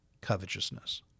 covetousness